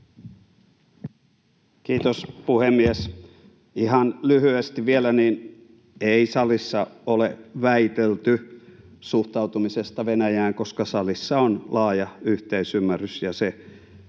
Kiitos, puhemies! Ihan lyhyesti vielä. Ei salissa ole väitelty suhtautumisesta Venäjään, koska salissa on laaja yhteisymmärrys ja se